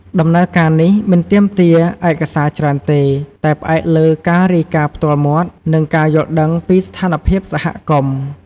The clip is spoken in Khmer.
ដំណើរការនេះ មិនទាមទារឯកសារច្រើនទេ តែផ្អែកលើការរាយការណ៍ផ្ទាល់មាត់ និងការយល់ដឹងពីស្ថានភាពសហគមន៍។